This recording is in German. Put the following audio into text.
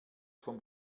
vom